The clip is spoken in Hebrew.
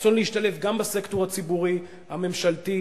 רצון להשתלב גם בסקטור הציבורי, הממשלתי.